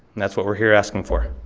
that's what we're hear asking for.